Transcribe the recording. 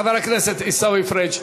חבר הכנסת עיסאווי פריג'.